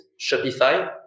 Shopify